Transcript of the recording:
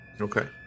okay